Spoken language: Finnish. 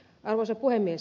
arvoisa puhemies